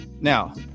now